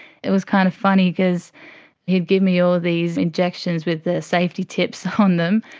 it was kind of funny, because he'd give me all these injections with the safety tips on them,